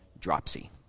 dropsy